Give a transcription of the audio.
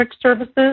services